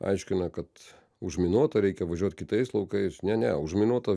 aiškina kad užminuota reikia važiuot kitais laukais ne ne užminuota